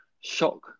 shock